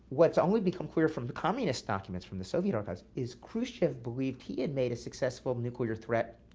what's only become clear from the communist documents from the soviet archives is, khrushchev believed he had made a successful nuclear threat